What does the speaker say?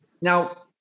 Now